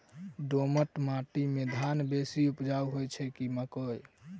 दोमट माटि मे धान बेसी उपजाउ की मकई?